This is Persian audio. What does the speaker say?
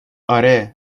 آره